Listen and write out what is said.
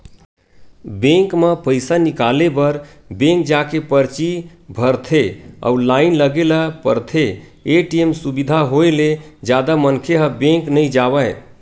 bank म पइसा निकाले बर बेंक जाके परची भरथे अउ लाइन लगे ल परथे, ए.टी.एम सुबिधा होय ले जादा मनखे ह बेंक नइ जावय